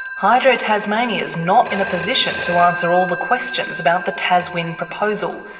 hydro tasmania's not in a position to answer all the questions about the taswind proposal,